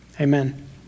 Amen